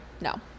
No